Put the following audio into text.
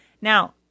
Now